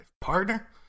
Partner